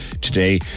today